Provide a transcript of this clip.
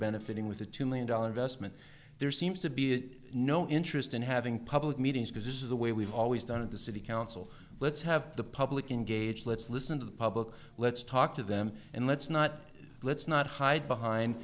benefiting with a two million dollar investment there seems to be no interest in having public meetings because this is the way we've always done it the city council let's have the public can gauge let's listen to the public let's talk to them and let's not let's not hide behind